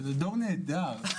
שהוא דור נהדר.